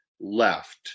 left